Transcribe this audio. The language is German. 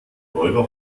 räuber